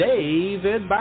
David